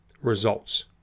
results